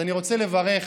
אז אני רוצה לברך